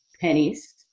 pennies